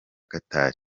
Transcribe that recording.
qatar